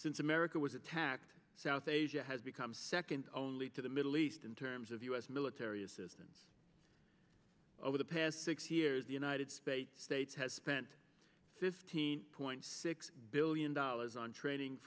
since america was attacked south asia has become second only to the middle east in terms of u s military assistance over the past six years the united states states has spent fifteen point six billion dollars on training